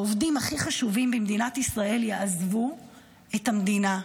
העובדים הכי חשובים במדינת ישראל יעזבו את המדינה,